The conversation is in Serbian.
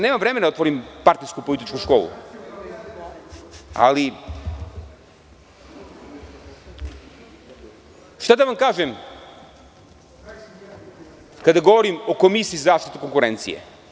Nemam vremena da otvorim partijsko-političku školu, ali šta da vam kažem, kada govorim o Komisiji zaštite konkurencije.